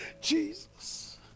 Jesus